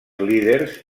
líders